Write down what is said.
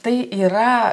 tai yra